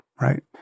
right